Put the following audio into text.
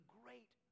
great